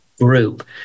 group